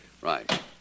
Right